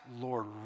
Lord